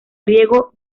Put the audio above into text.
riego